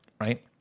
right